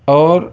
اور